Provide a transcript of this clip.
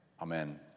amen